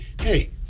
hey